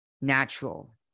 natural